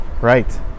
Right